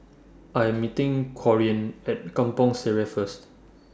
I Am meeting Corinne At Kampong Sireh First